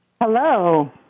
Hello